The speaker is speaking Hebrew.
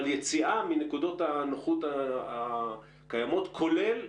אבל יציאה מנקודות הנוחות הקיימות, כולל,